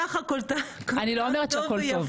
כך טוב ויפה --- אני לא אומרת שהכול טוב.